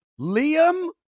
Liam